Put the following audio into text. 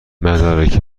مدارک